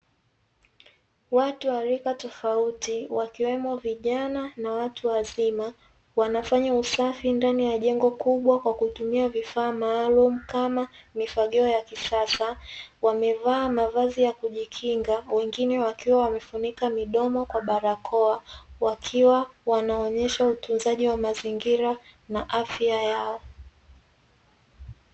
Watu wa rika tofauti wakiwemo vijana na watu wazima, wanafanya usafi ndani ya jengo kubwa kwa kutumia vifaa maalumu, kama mifagio ya kisasa, wamevaa mavazi ya kujikinga, wengine wakiwa wamefunika midomo kwa barakoa, wakiwa wanaonyesha utunzaji wa mazingira kwa afya yao.